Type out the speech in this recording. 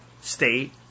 state